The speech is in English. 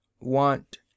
want—